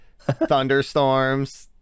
thunderstorms